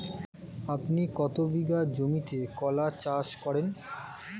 আপনি কত বিঘা জমিতে কলা চাষ করেন?